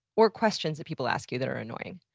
or questions that people ask you that are annoying?